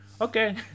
Okay